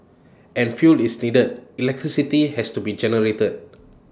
and fuel is needed electricity has to be generated